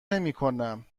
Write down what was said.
نمیکنم